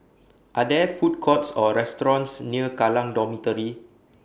Are There Food Courts Or restaurants near Kallang Dormitory